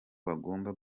bagomba